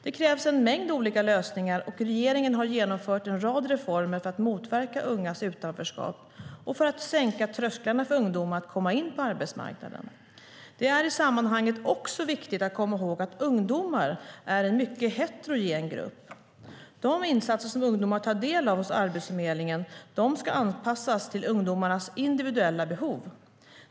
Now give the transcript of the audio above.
Det krävs en mängd olika lösningar, och regeringen har genomfört en rad reformer för att motverka ungas utanförskap och för att sänka trösklarna för ungdomar att komma in på arbetsmarknaden. Det är i sammanhanget viktigt att komma ihåg att ungdomar är en mycket heterogen grupp. De insatser som ungdomar tar del av hos Arbetsförmedlingen ska anpassas till ungdomarnas individuella behov.